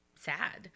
sad